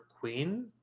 Queen